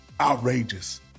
outrageous